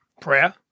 Prayer